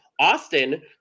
Austin